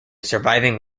surviving